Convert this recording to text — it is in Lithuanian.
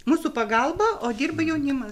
mūsų pagalba o dirba jaunimas